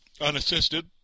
unassisted